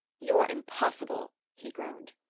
you're impossible, he groaned.